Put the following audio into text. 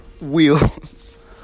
Wheels